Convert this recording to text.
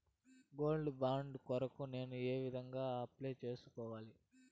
Gold bond కొరకు నేను ఏ విధంగా అప్లై సేసుకోవాలి?